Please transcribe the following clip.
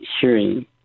hearing